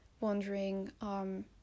wondering